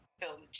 film